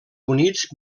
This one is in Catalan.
units